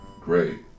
Great